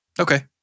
okay